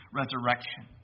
resurrection